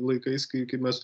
laikais kai kai mes